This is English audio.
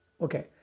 Okay